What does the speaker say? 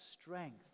strength